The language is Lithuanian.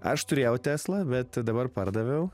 aš turėjau tesla bet dabar pardaviau